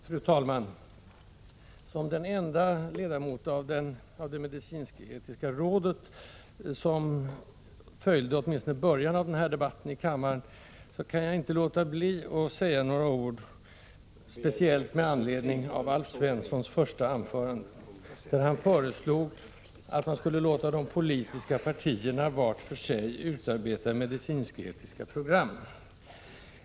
Fru talman! Som den enda ledamoten av det medicinsk-etiska rådet som följde åtminstone början av den här debatten i kammaren kan jag inte låta bli att säga några ord, speciellt med anledning av Alf Svenssons första anförande. Han föreslog att man skulle låta de politiska partierna vart och ett för sig utarbeta medicinsk-etiska program.